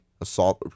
assault